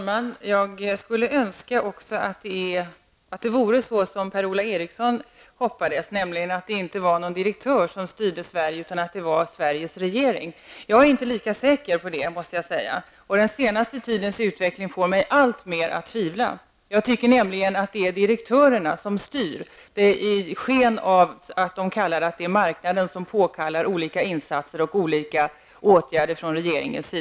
Herr talman! Jag önskar också att det vore som Per-Ola Eriksson hoppas, nämligen att det inte är någon direktör som styr Sverige utan att det är Sveriges regering. Jag är inte lika säker på det, måste jag säga. Den senaste tidens utveckling får mig alltmer att tvivla. Jag tycker nämligen att det är direktörerna som styr i sken av att det är marknaden som påkallar olika insatser och åtgärder från regeringen.